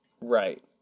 Right